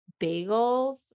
bagels